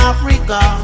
Africa